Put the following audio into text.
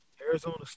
Arizona